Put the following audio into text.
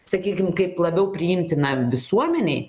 sakykim kaip labiau priimtiną visuomenei